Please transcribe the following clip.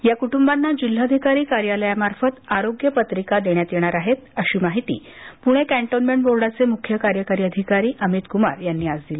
या कुटुंबांना जिल्हाधिकारी कार्यालयामार्फेत आरोग्य पत्रिका देण्यात येणार आहेत अशी माहिती पुणे कॅन्टोन्मेंट बोर्डाचे मुख्य कार्यकारी अधिकारी अमितकुमार यांनी दिली